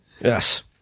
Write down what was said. Yes